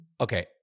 Okay